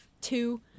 two